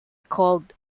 called